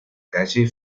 calle